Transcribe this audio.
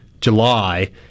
July